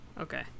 Okay